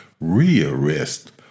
re-arrest